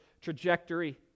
trajectory